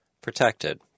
protected